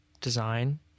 design